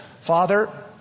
Father